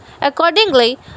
Accordingly